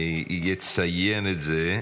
אני אציין את זה.